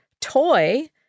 Toy